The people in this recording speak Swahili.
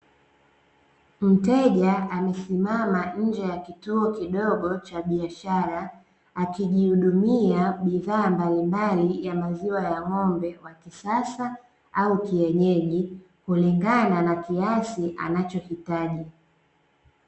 Mteja amesimama nje ya kituo kidogo cha biashara akijihudumia bidhaa mbalimbali ya maziwa ya ngo'mbe wa kisasa au kienyeji kulingana na kiasi anachohitaji.